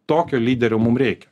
tokio lyderio mum reikia